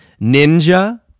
Ninja